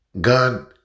God